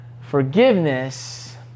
forgiveness